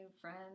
friends